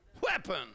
weapon